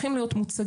צריכים להיות מוצגים,